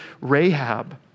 Rahab